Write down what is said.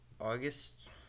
August